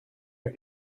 are